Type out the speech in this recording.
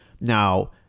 Now